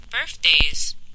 birthdays